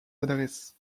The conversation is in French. adresse